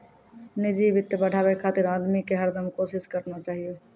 निजी वित्त बढ़ाबे खातिर आदमी के हरदम कोसिस करना चाहियो